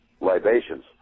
libations